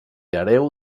hereu